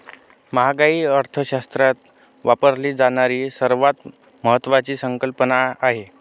महागाई अर्थशास्त्रात वापरली जाणारी सर्वात महत्वाची संकल्पना आहे